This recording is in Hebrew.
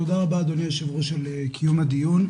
אדוני היו"ר על קיום הדיון.